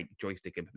joystick